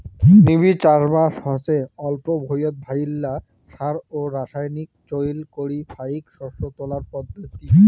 নিবিড় চাষবাস হসে অল্প ভুঁইয়ত ভাইল্লা সার ও রাসায়নিক চইল করি ফাইক শস্য তোলার পদ্ধতি